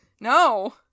No